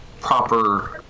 Proper